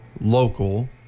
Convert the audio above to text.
local